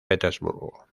petersburgo